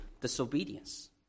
disobedience